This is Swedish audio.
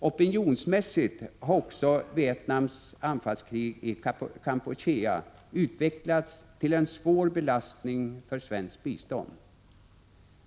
Opinionsmässigt har också Vietnams anfallskrig i Kampuchea utvecklats till en svår belastning för svenskt bistånd.